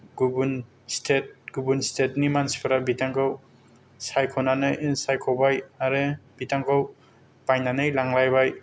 गुबुन स्तेत गुबुन स्तेतनि मानसिफोरा बिथांखौ सायख'नानै सायख'बाय आरो बिथांखौ बायनानै लांलायबाय